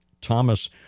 Thomas